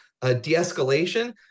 de-escalation